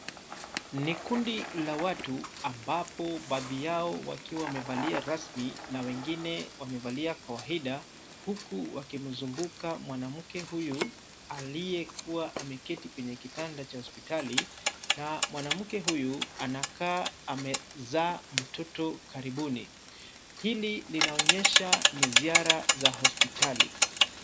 Ni kundi la watu ambapo baadhi yao wakiwa wamevalia rasmi na wengine wamevalia kawaida, huku wakimzunguka mwanamke huyu aliyekuwa ameketi kwenye kitanda cha hospitali, na mwanamke huyu anakaa amezaa mtoto karibuni. Hili linaonyesha ni ziara za hospitali.